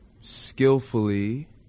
skillfully